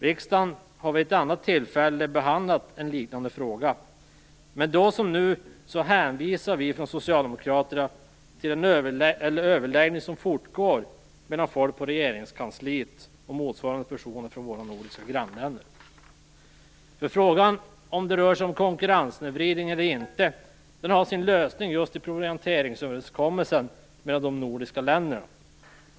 Riksdagen har vid ett annat tillfälle behandlat en liknande fråga, men då som nu hänvisar vi från Socialdemokraterna till de överläggningar som fortgår mellan folk på Regeringskansliet och motsvarande personer från våra nordiska grannländer. Frågan om det rör sig om konkurrenssnedvridning eller inte har sin lösning just i provianteringsöverenskommelsen mellan de nordiska länderna.